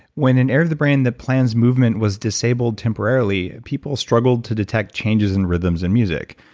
when an area of the brain that plans movement was disabled temporarily, people struggled to detect changes in rhythms in music.